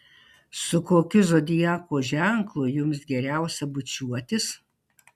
su kokiu zodiako ženklu jums geriausia bučiuotis